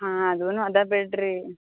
ಹಾಂ ಅದೂ ಅದ ಬಿಡಿ ರೀ